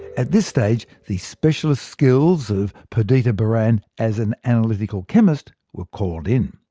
at this stage, the specialist skills of perdita barran as an analytical chemist were called in.